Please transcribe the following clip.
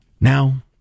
Now